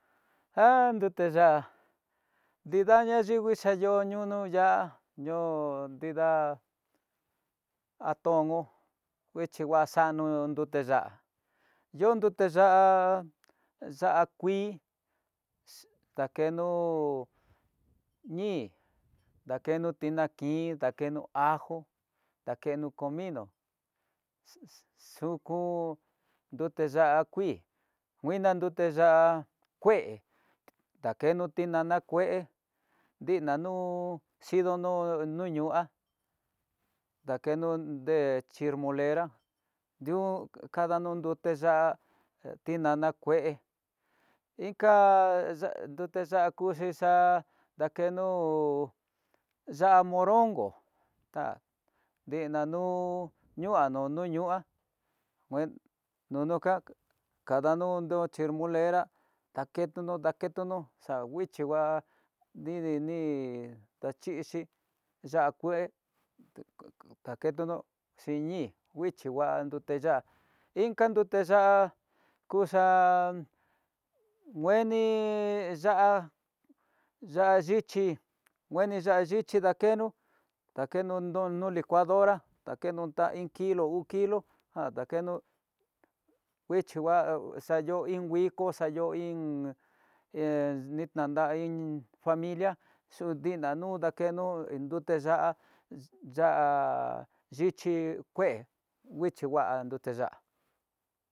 Jan dite ya'á nrida ña nrivii, nguixa yo'o ñoño ya'á ñoo nrida atongo, nguixhi ngua xano nrute ya'á, yo'o nrute ya'á, xa kui dakeno ko ñí dakeno tinankuin dakeno ajó xu- xuku, nrute ya'á kuii kuina nrute ya'á kue dakeno tinana kué dina nu'u xhidono ñonuá, dakeno nre xhilmolera diú kandanro nrute ya'á tinana kue inka nrute ya'á kuxhi xa'á, dakeno ya'á morongo, ká dinanu nduano nru ñoo kua nunuka adanro chelmolera, daketono daketono xanguixhi ngua ndini ndaxhixi, ya'á kue da- ke kue daketono xhini nguixhi ngua nrute ya'á inka nrute ya'á kuxan ngueni, ya'á ya'á xhichi nguen ya'á xhichi dakeno dakeno no licuadora dakeno iin kilo uu kilo jan dakeno nguixhi ngua ayo iin nguiko xa yo'ó iin he didtananin familia xudiná dakeno nrute ya'á, ya'á yichi kué nguingua nrute ya'á.